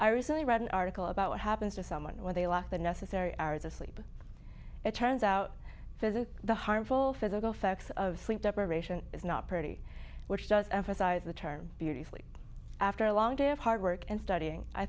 i recently read an article about what happens to someone when they lack the necessary hours of sleep it turns out there's a harmful physical effects of sleep deprivation is not pretty which does emphasize the turn beautifully after a long day of hard work and studying i